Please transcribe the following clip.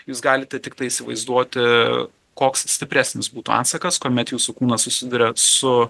jūs galite tiktai įsivaizduoti koks stipresnis būtų atsakas kuomet jūsų kūnas susiduria su